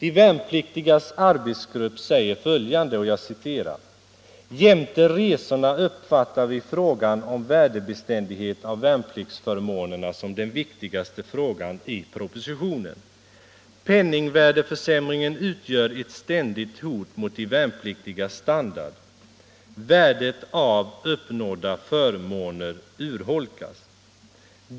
De värnpliktigas arbetsgrupp säger följande: ”Jämte resorna uppfattar vi frågan om värdebeständighet av värnpliktsförmånerna som den viktigaste frågan i propositionen. Penningvärdeförsämringen utgör ett ständigt hot mot de värnpliktigas standard. Värdet av uppnådda förmåner urholkas.